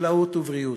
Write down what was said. חקלאות ובריאות.